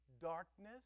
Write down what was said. darkness